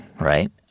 right